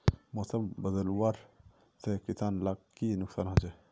मौसम बदलाव से किसान लाक की नुकसान होचे?